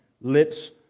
lips